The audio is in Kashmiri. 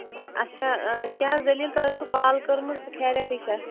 اچھا کیٛاہ حظ دٔلیٖل تۄہہِ ٲسوُ کال کٔرمٕژ خیریَتٕے چھا